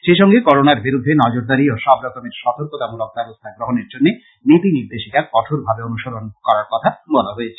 সেই সঙ্গে করোণার বিরুদ্ধে নজরদারী ও সবরকমের সতর্কতামূলক ব্যবস্থা গ্রহণের জন্য নীতি নির্দেশিকা কঠোরভাবে অনুসরণের কথা বলা হয়েছে